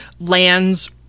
lands